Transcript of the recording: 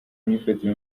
myifatire